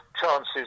chances